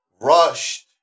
rushed